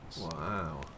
Wow